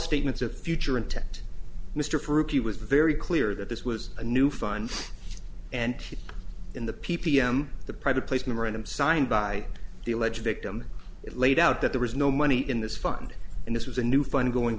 statements of future intent mr faruqi was very clear that this was a new fund and in the p p m the private place memorandum signed by the alleged victim it laid out that there was no money in this fund and this was a new fund going